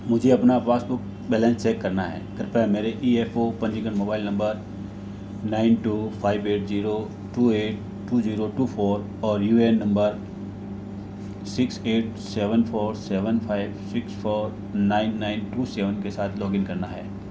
मुझे अपना passbook balance check करना है कृपया मेरे ई एफ़ ओ पंजीकृत mobile number nine two five eight zero two eight two zero two four और U A N number six eight seven four seven five six four nine nine two seven के साथ login करना है